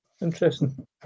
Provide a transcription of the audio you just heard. Interesting